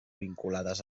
vinculades